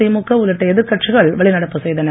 திமுக உள்ளிட்ட எதிர்கட்சிகள் வெளிநடப்பு செய்தன